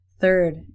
Third